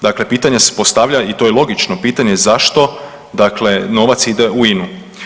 Dakle pitanje se postavlja i to je logično pitanje zašto dakle novac ide u INA-u.